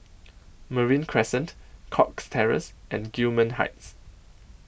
Marine Crescent Cox Terrace and Gillman Heights